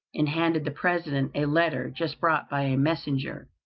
and handed the president a letter just brought by a messenger.